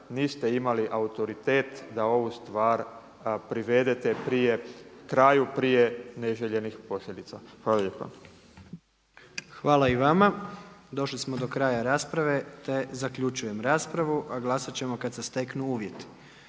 niste imali autoritet da ovu stvar privedete prije, kraju prije neželjenih posljedica. Hvala lijepa. **Jandroković, Gordan (HDZ)** Hvala i vama. Došli smo do kraja rasprave te zaključujem raspravu a glasati ćemo kada se steknu uvjeti.